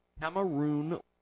Cameroon